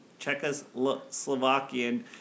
Czechoslovakian